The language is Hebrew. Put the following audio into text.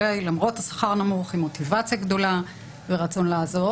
עם מוטיבציה גדולה ורצון לעזור.